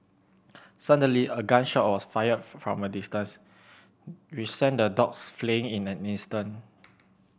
suddenly a gun shot was fired from a distance which sent the dogs fleeing in an instant